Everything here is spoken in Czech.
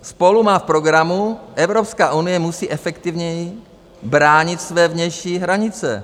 SPOLU má v programu: Evropská unie musí efektivněji bránit své vnější hranice.